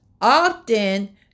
Often